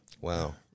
Wow